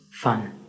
fun